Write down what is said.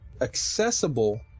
accessible